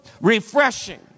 refreshing